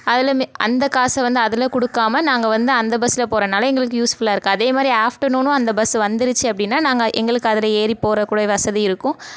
அதில் மி அந்த காசை வந்து அதில் கொடுக்காம நாங்கள் வந்து அந் பஸ்ஸில் போகறனால எங்களுக்கு யூஸ்ஃபுல்லாக இருக்கு அதேமாதிரி ஆஃப்டர்நூனும் அந்த பஸ் வந்திருச்சு அப்படின்னா நாங்கள் எங்களுக்கு அதில் ஏறி போகறக்கூட வசதி இருக்கும்